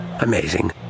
Amazing